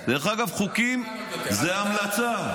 דרך אגב, חוקים זאת המלצה.